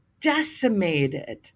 decimated